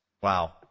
Wow